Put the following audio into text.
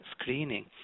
screening